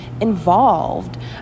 involved